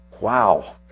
Wow